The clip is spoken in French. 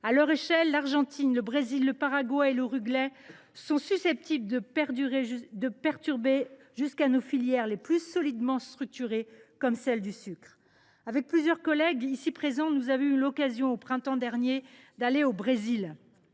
de leur taille, l’Argentine, le Brésil, le Paraguay et l’Uruguay sont susceptibles de perturber jusqu’à nos filières les plus solidement structurées, comme celle du sucre. Avec plusieurs collègues ici présents, j’ai eu l’occasion au printemps dernier, lors